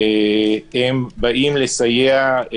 במטרה לתמוך ולסייע.